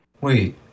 Wait